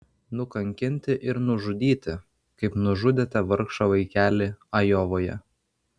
nukankinti ir nužudyti kaip nužudėte vargšą vaikelį ajovoje